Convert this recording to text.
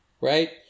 right